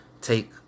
take